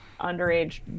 underage